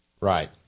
Right